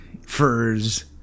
furs